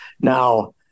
now